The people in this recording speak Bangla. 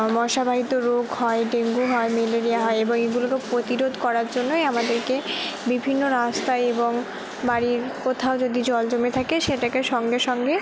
মশাবাহিত রোগ হয় ডেঙ্গু হয় ম্যালেরিয়া হয় এবং এইগুলোকে প্রতিরোধ করার জন্যই আমাদেরকে বিভিন্ন রাস্তায় এবং বাড়ির কোথাও যদি জল জমে থাকে সেটাকে সঙ্গে সঙ্গে